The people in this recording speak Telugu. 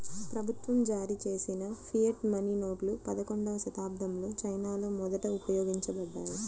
ప్రభుత్వం జారీచేసిన ఫియట్ మనీ నోట్లు పదకొండవ శతాబ్దంలో చైనాలో మొదట ఉపయోగించబడ్డాయి